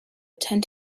attend